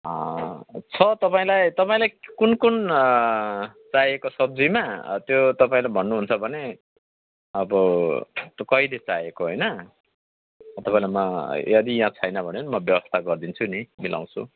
छ तपाईँलाई तपाईँलाई कुन कुन चाहिएको सब्जीमा त्यो तपाईँले भन्नुहुन्छ भने अब कहिले चाहिएको होइन तपाईँलाई म यदि यहाँ छैन भने पनि म व्यवस्था गरिदिन्छु नि मिलाउँछु